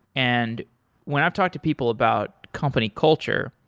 and when i've talked to people about company culture,